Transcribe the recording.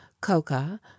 Coca